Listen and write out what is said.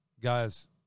Guys